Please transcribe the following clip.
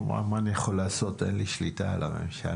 מה אני יכול לעשות, אין לי שליטה על הממשלה.